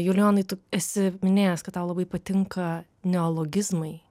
julijonai tu esi minėjęs kad tau labai patinka neologizmai